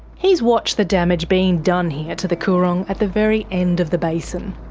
he's watched the damage being done here to the coorong at the very end of the basin.